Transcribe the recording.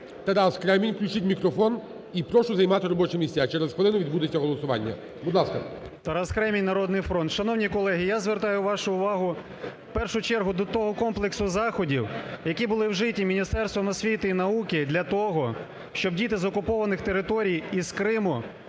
Тарас Кремінь, включіть мікрофон. І прошу займати робочі місця, через хвилину відбудеться голосування. Будь ласка. 11:03:17 КРЕМІНЬ Т.Д. Тарас Кремінь, "Народний фронт". Шановні колеги, я звертаю вашу увагу, в першу чергу, до того комплексу заходів, які були вжиті Міністерством освіти і науки для того, щоб дійти з окупованих територій, із Криму,